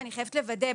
אני חייבת לוודא.